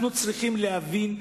צריכים להבין,